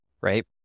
right